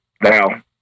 Now